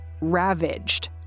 ravaged